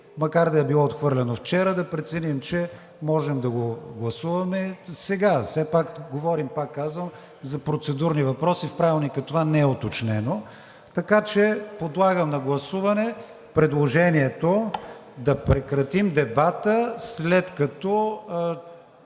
макар да е било отхвърлено вчера, да преценим, че можем да го гласуваме сега. Все пак говорим, пак казвам, за процедурни въпроси. В Правилника това не е уточнено. Така че подлагам на гласуване предложението да прекратим дебата, след като